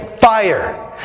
fire